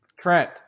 Trent